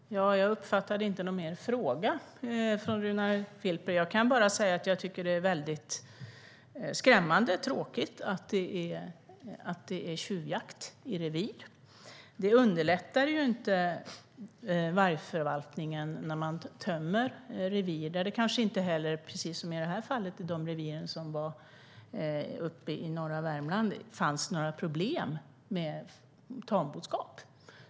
Herr ålderspresident! Jag uppfattade inte någon mer fråga från Runar Filper. Jag kan bara säga att det är skrämmande och tråkigt med tjuvjakt i revir. Det underlättar inte vargförvaltningen när man tömmer revir. I det här fallet med reviren uppe i norra Värmland fanns det kanske inte heller några problem med tamboskap.